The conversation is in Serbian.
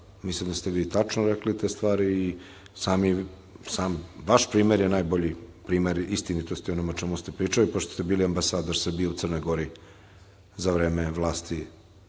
Mislim da ste vi tačno rekli te stvari i sam vaš primer je najbolji primer istinitosti onoga o čemu ste pričali, pošto ste bili ambasador Srbije u Crnoj Gori za vreme vlasti